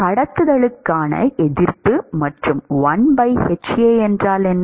கடத்துதலுக்கான எதிர்ப்பு மற்றும் 1h A என்றால் என்ன